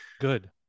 good